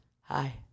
hi